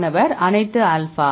மாணவர் அனைத்து ஆல்பா